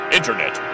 Internet